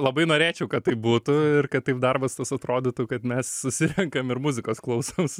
labai norėčiau kad taip būtų ir kad taip darbas tas atrodytų kad mes susirenkam ir muzikos klausos